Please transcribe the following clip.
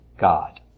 God